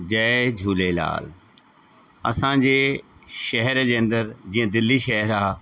जय झूलेलाल असांजे शहर जे अंदरु जीअं दिल्ली शहरु आहे